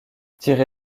tiré